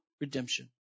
redemption